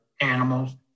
animals